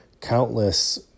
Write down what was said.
countless